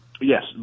Yes